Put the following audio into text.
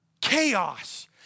chaos